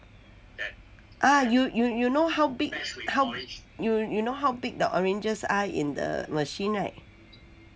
ah you you you know how big how b~ you you know how big the oranges are in the machine [right]